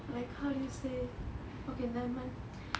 like how do you say okay nevermind